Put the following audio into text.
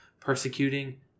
persecuting